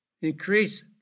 increase